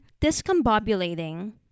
discombobulating